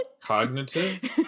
Cognitive